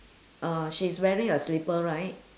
uh she is wearing a slipper right